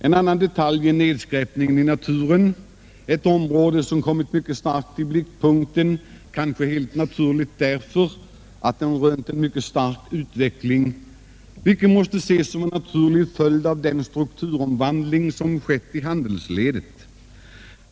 En annan detalj är nedskräpningen i naturen, ett område som kommit mycket starkt i blickpunkten, kanske därför att den rönt en mycket stark utveckling, vilken måste ses som en naturlig följd av den strukturomvandling som skett i handelsledet.